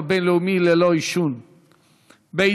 חברי הכנסת יואל רזבוזוב,